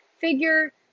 figure